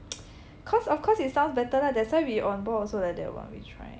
cause of course it sounds better lah that's why we on ball also like that [what] we try